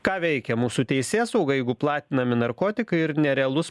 ką veikia mūsų teisėsauga jeigu platinami narkotikai ir nerealus